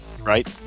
right